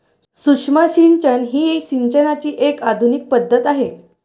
सूक्ष्म सिंचन ही सिंचनाची एक आधुनिक पद्धत आहे